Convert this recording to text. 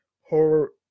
horror